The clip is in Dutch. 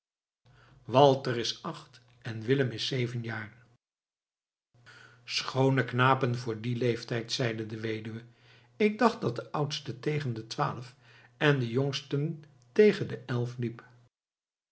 walter is acht en willem is zeven jaar schoone knapen voor dien leeftijd zeide de weduwe ik dacht dat de oudste tegen de twaalf en de jongste tegen de elf liep